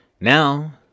Now